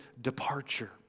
departure